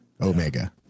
omega